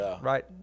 right